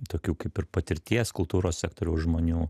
tokių kaip ir patirties kultūros sektoriaus žmonių